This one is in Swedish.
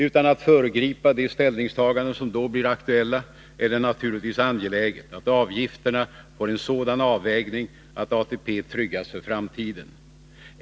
Utan att föregripa de ställningstaganden som då blir aktuella vill jag framhålla att det naturligtvis är angeläget att avgifterna får en sådan avvägning att ATP tryggas för framtiden.